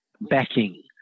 backing